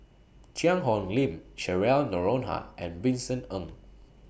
Cheang Hong Lim Cheryl Noronha and Vincent Ng